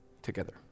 together